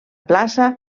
plaça